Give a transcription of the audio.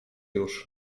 już